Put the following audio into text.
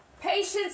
patience